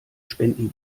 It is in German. spenden